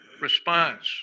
response